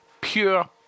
pure